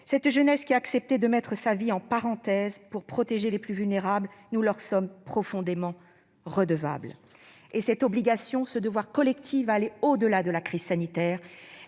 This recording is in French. cette jeunesse qui a accepté de mettre sa vie entre parenthèses pour protéger les plus vulnérables, nous sommes profondément redevables. Et nos obligations, notre devoir collectif à son égard iront au-delà de la crise sanitaire.